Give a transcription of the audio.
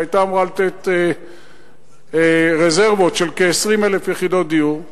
שהיתה אמורה לתת רזרבות של כ-20,000 יחידות דיור,